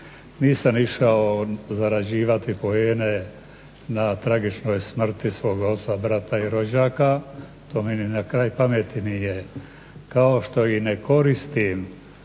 Nisam išao zarađivati poene na tragičnoj smrti svog oca, brata i rođaka. To mi ni na kraj pameti nije kao što i ne koristim